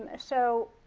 ah so